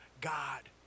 God